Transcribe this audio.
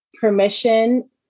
permission